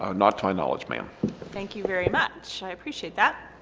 ah not to my knowledge ma'am thank you very much i appreciate that.